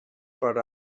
per